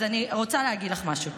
אז אני רוצה להגיד לך משהו.